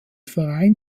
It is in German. verein